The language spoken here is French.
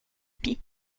pis